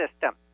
system